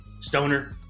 Stoner